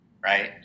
right